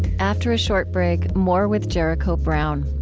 after a short break, more with jericho brown.